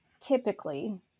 typically